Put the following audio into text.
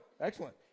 excellent